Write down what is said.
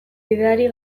bideari